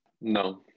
No